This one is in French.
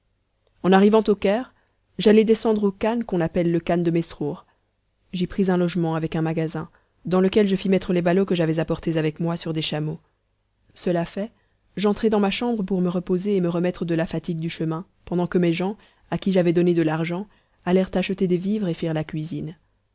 en arrivant au caire j'allai descendre au khan qu'on appelle le khan de mesrour j'y pris un logement avec un magasin dans lequel je fis mettre les ballots que j'avais apportés avec moi sur des chameaux cela fait j'entrai dans ma chambre pour me reposer et me remettre de la fatigue du chemin pendant que mes gens à qui j'avais donné de l'argent allèrent acheter des vivres et firent la cuisine